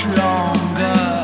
longer